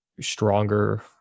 Stronger